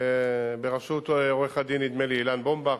בראשות עורך-הדין, נדמה לי, אילן בומבך,